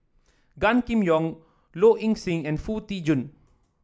Gan Kim Yong Low Ing Sing and Foo Tee Jun